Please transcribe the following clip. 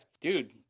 dude